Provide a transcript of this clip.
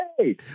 Hey